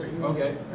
Okay